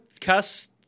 cuss